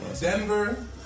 Denver